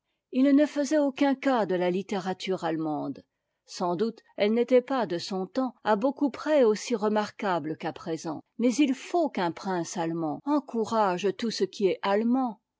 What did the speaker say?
il ne faisait aucun cas de la littérature allemande sans doute elle n'était pas de son temps à beaucoup près aussi remarquable qu'à présent mais il faut qu'un prince allemand encourage tout ce qui est allemand